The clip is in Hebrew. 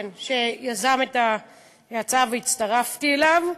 שיזם את ההצעה והצטרפתי אליו.